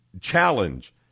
challenge